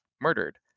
murdered